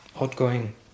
outgoing